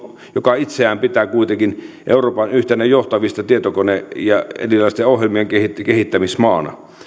joka pitää itseään kuitenkin euroopan yhtenä johtavana tietokone ja erilaisten ohjelmien kehittämismaana